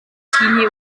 teenie